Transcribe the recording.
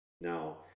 Now